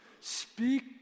speak